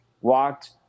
walked